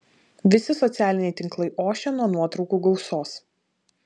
visi socialiniai tinklai ošia nuo nuotraukų gausos